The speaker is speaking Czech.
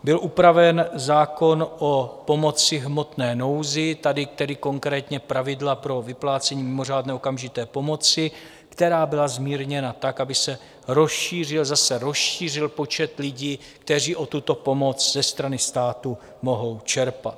Byl upraven zákon o pomoci v hmotné nouzi, tady konkrétně pravidla pro vyplácení mimořádné okamžité pomoci, která byla zmírněna tak, aby se rozšířil zase rozšířil počet lidí, kteří tuto pomoc ze strany státu mohou čerpat.